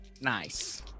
Nice